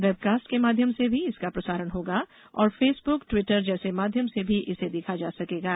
webcast के माध्यम से भी इसका प्रसारण होगा और फेसबुक ट्विटर जैसे माध्यम से भी इसे दिखाएंगे